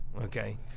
Okay